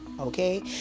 Okay